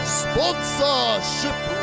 sponsorship